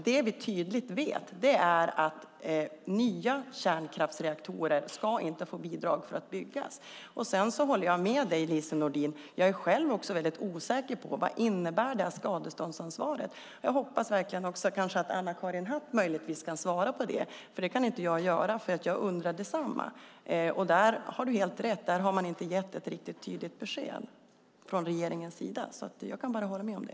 Det vi tydligt vet i dag är att det inte ska ges bidrag till att bygga nya kärnkraftsreaktorer. Jag håller med Lise Nordin; jag själv är osäker på vad skadeståndsansvaret innebär. Jag hoppas verkligen att Anna-Karin Hatt möjligtvis kan svara på frågan. Det kan jag inte göra eftersom jag undrar själv. Du har helt rätt. Där har regeringen inte gett ett tydligt besked. Jag håller med om det.